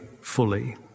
fully